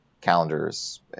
calendars